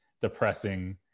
depressing